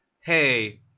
hey